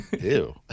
ew